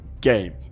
game